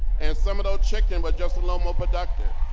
and some of those chicken were just a little more productive.